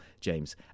James